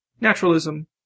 naturalism